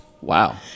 Wow